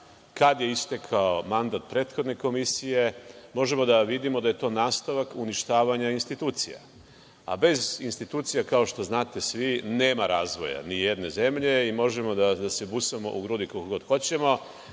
kada je istekao mandat prethodne komisije, možemo da vidimo da je to nastavak uništavanja institucija. Bez institucija, kao što znate svi, nema razvoja nijedne zemlje i možemo da se busamo u grudi koliko god hoćemo